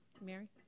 Mary